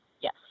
Yes